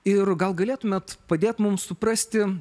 ir gal galėtumėt padėt mums suprasti